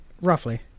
roughly